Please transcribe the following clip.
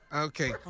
Okay